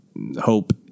hope